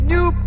New